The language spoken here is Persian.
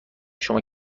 شما